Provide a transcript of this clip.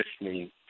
listening